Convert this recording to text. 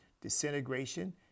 disintegration